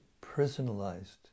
personalized